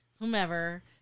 whomever